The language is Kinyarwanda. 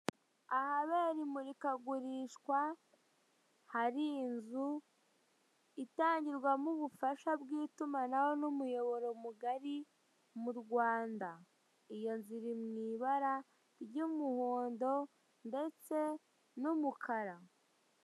Ahabera imurikagurishwa, hari inzu, itangirwamo ubufasha bw'itumanaho n'umuyoboro mugari mu Rwanda, iyo nzu iri mu ibara ry'umuhondo ndetse n'umukara.